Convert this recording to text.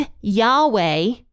Yahweh